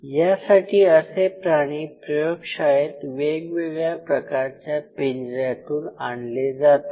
यासाठी असे प्राणी प्रयोगशाळेत वेगवेगळ्या प्रकारच्या पिंजऱ्यातून आणले जातात